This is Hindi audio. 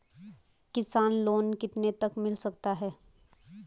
किसान लोंन कितने तक मिल सकता है?